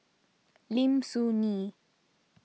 Lim Soo Ngee